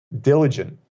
diligent